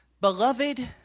Beloved